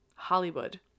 Hollywood